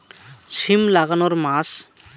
সিম লাগানোর মাস?